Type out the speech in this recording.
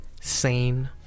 sane